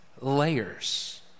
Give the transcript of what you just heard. layers